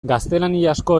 gaztelaniazko